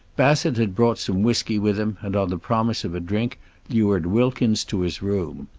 bassett had brought some whisky with him, and on the promise of a drink lured wilkins to his room.